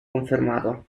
confermato